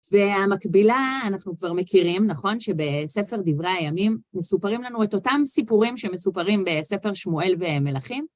והמקבילה אנחנו כבר מכירים, נכון? שבספר דברי הימים מסופרים לנו את אותם סיפורים שמסופרים בספר שמואל ומלאכים.